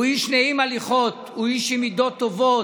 הוא איש נעים הליכות, הוא איש עם מידות טובות,